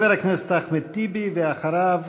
חבר הכנסת אחמד טיבי, ואחריו,